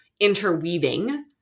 interweaving